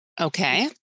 Okay